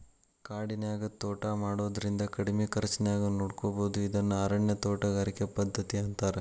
ಕಾಡಿನ್ಯಾಗ ತೋಟಾ ಮಾಡೋದ್ರಿಂದ ಕಡಿಮಿ ಖರ್ಚಾನ್ಯಾಗ ನೋಡ್ಕೋಬೋದು ಇದನ್ನ ಅರಣ್ಯ ತೋಟಗಾರಿಕೆ ಪದ್ಧತಿ ಅಂತಾರ